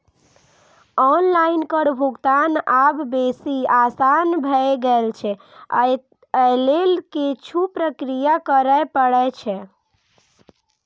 online कर भुगतान आब बेसी आसान भए गेल छै, अय लेल किछु प्रक्रिया करय पड़ै छै